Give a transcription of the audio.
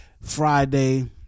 friday